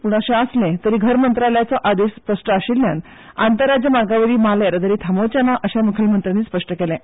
पूण अशें आसलें तरी घर मंत्रालयाचो आदेश स्पश्ट आशिल्ल्यान आंतरराज्य मार्गा वयली माल येरादारी थांबोवचे ना अशें मूखेलमंत्र्यांनी स्पश्ट केलें